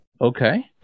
Okay